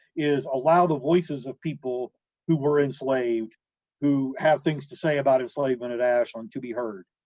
is allow the voices of people who were enslaved who have things to say about enslavement at ashland to be heard.